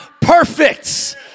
perfect